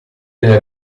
nella